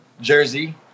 Jersey